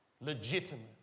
Legitimate